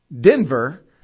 Denver